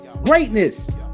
greatness